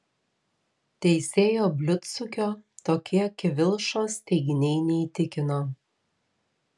teisėjo bliudsukio tokie kivilšos teiginiai neįtikino